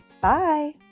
bye